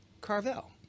Carvel